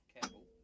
careful